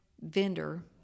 vendor